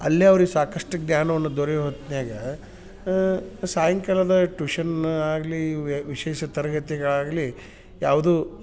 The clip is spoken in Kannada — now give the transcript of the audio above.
ಅಲ್ಲೆ ಅವ್ರಿಗೆ ಸಾಕಷ್ಟು ಜ್ಞಾನವನ್ನು ದೊರೆಯುವ ಹೊತ್ನ್ಯಾಗ ಸಾಯಂಕಾಲದ ಟ್ಯೂಷನ್ ಆಗಲಿ ವಿಶೇಷ ತರಗತಿಗಳಾಗಲಿ ಯಾವುದು